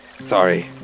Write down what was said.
sorry